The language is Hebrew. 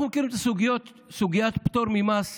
אנחנו מכירים את סוגיית הפטור ממס